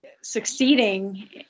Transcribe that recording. succeeding